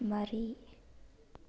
ꯃꯔꯤ